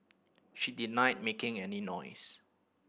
she denied making any noise